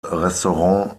restaurant